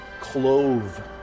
clove